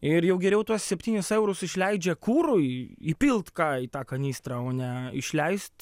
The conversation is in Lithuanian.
ir jau geriau tuos septynis eurus išleidžia kurui įpilt ką į tą kanistrą o ne išleist